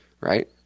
Right